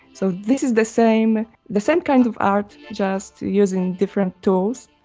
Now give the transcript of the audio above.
so this is the same the same kind of art, just using different tools,